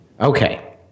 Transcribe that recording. Okay